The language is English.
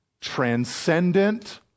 transcendent